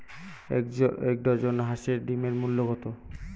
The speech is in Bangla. এক ডজন হাঁসের ডিমের মূল্য কত?